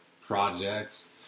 projects